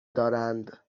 دارند